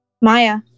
maya